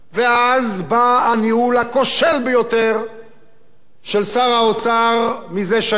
ואז בא הניהול הכושל ביותר של שר האוצר מזה שנים.